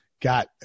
got